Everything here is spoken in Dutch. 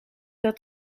dat